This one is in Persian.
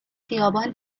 خیابان